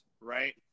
right